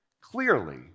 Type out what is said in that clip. clearly